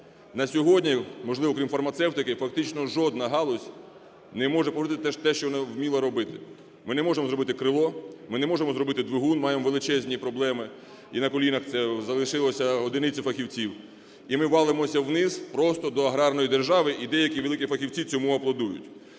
На сьогодні, можливо, крім фармацевтики фактично жодна галузь не може повторити те, що вона вміла робити. Ми не можемо зробити крило, ми не можемо зробити двигун, маємо величезні проблеми і на колінах залишилися одиниці фахівців. І ми валимося вниз просто до аграрної держави і деякі великі фахівці цьому аплодують.